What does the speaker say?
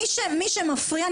מי שמפריע,